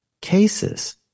cases